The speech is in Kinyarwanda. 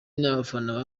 n’abafana